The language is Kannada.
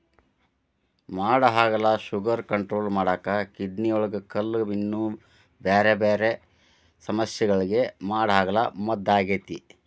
ಮಾಡಹಾಗಲ ಶುಗರ್ ಕಂಟ್ರೋಲ್ ಮಾಡಾಕ, ಕಿಡ್ನಿಯೊಳಗ ಕಲ್ಲು, ಇನ್ನೂ ಬ್ಯಾರ್ಬ್ಯಾರೇ ಸಮಸ್ಯಗಳಿಗೆ ಮಾಡಹಾಗಲ ಮದ್ದಾಗೇತಿ